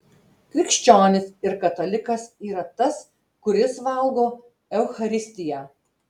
krikščionis ir katalikas yra tas kuris valgo eucharistiją